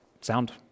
Sound